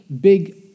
big